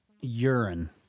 urine